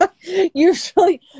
usually